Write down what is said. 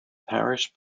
parish